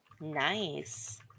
Nice